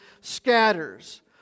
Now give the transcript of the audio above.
scatters